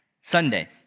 Sunday